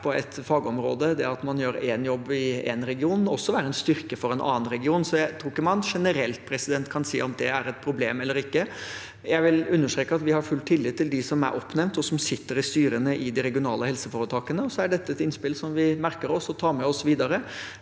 på et fagområde, det at man gjør en jobb i én region, være en styrke for en annen region. Så jeg tror ikke man generelt kan si om det er et problem eller ikke. Jeg vil understreke at vi har full tillit til dem som er oppnevnt, og som sitter i styrene i de regionale helseforetakene. Dette er et innspill som vi merker oss og tar med oss videre,